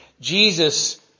Jesus